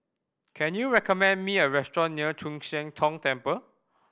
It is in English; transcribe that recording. can you recommend me a restaurant near Chu Siang Tong Temple